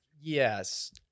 yes